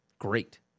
Great